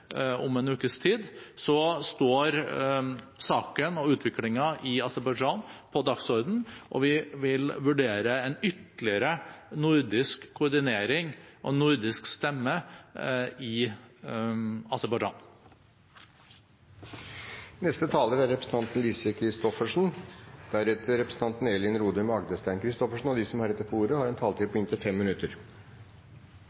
om en ukes tid, står saken og utviklingen i Aserbajdsjan på dagsordenen, og vi vil vurdere en ytterligere nordisk koordinering og nordisk stemme i Aserbajdsjan. La meg først få berømme interpellanten for å fremme denne interpellasjonen. Selv er jeg medlem av europarådsdelegasjonen og har